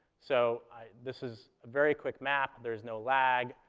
so this is a very quick map. there is no lag.